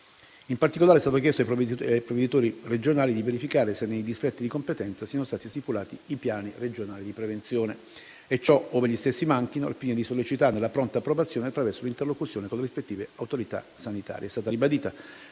In particolare, è stato chiesto ai provveditori regionali di verificare se, nei distretti di competenza, siano stati stipulati i Piani regionali di prevenzione. E ciò, ove gli stessi manchino, al fine di sollecitarne la pronta approvazione attraverso l'interlocuzione con le rispettive autorità sanitarie.